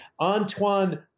Antoine